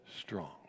strong